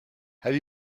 have